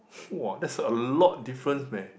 whoa that's a lot difference man